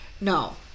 No